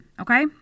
Okay